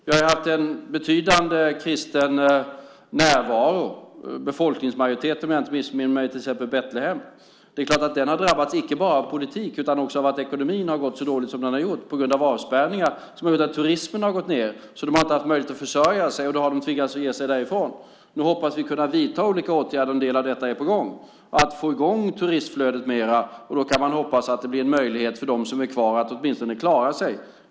Vi har haft en betydande kristen närvaro, befolkningsmajoritet om jag inte missminner mig, i till exempel Betlehem. Det är klart att den har drabbats inte bara av politik utan också av att ekonomin har gått så dåligt som den har gjort på grund av avspärrningar som har gjort att turismen har gått ned. De har inte haft möjlighet att försörja sig. Då har de tvingats ge sig därifrån. Nu hoppas vi kunna vidta olika åtgärder, och en del av det är på gång. Det handlar om att få i gång turistflödet mera. Då kan man hoppas att det blir en möjlighet för dem som är kvar att åtminstone klara sig.